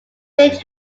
village